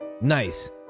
Nice